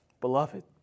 Beloved